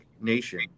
nation